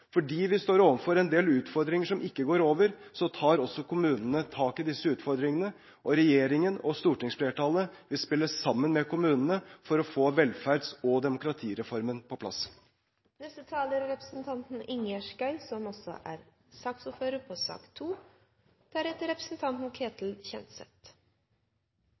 Fordi vi står overfor en del utfordringer som ikke går over, tar også kommunene tak i disse utfordringene, og regjeringen og stortingsflertallet vil spille sammen med kommunene for å få velferds- og demokratireformen på plass. Jeg hører at det er